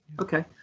Okay